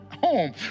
home